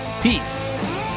Peace